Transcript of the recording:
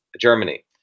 Germany